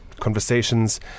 conversations